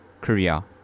Korea